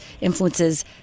influences